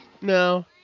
No